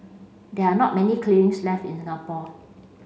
there are not many kilns left in Singapore